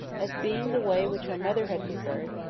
as being the way which her mother had preferred,